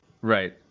Right